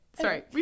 Sorry